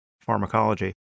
pharmacology